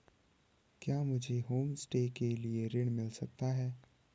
क्या मुझे होमस्टे के लिए ऋण मिल सकता है?